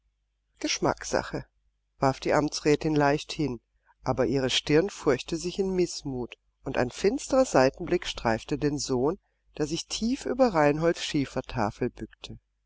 geschmacksache warf die amtsrätin leicht hin aber ihre stirn furchte sich in mißmut und ein finsterer seitenblick streifte den sohn der sich tief über reinholds schiefertafel bückte